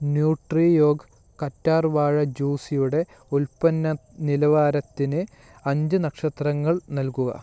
Nutriorg കറ്റാർ വാഴ ജ്യൂസിയുടെ ഉൽപ്പന്ന നിലവാരത്തിന് അഞ്ച് നക്ഷത്രങ്ങൾ നൽകുക